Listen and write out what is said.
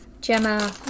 Gemma